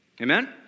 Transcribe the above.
Amen